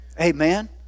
amen